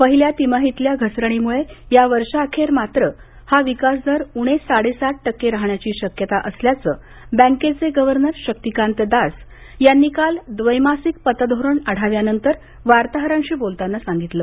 पहिल्या तिमाहीतल्या घसरणीमुळे या वर्षाअखेर मात्र हा विकास दर उणे साडेसात टक्के राहाण्याची शक्यता असल्याचं बँकेचे गव्हर्नर शक्तीकांत दास यांनी काल द्वैमासिक पतधोरण आढाव्यानंतर वार्ताहरांशी बोलताना सांगितलं